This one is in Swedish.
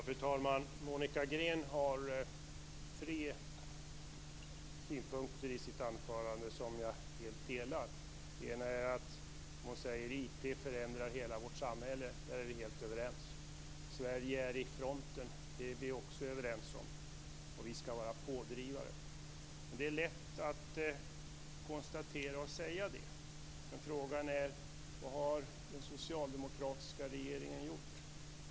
Fru talman! Monica Green hade tre synpunkter i sitt anförande som jag helt delar. Hon säger att IT förändrar hela vårt samhälle. Där är vi helt överens. Vi är också överens om att Sverige befinner sig i fronten. Och vi skall vara pådrivare. Det är lätt att konstatera detta. Men frågan är vad den socialdemokratiska regeringen har gjort.